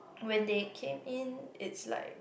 when they came in is like